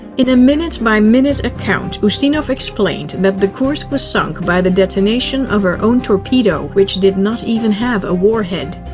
in a minute-by-minute account, ustinov explained that the kursk was sunk by the detonation of her own torpedo, which did not even have a warhead.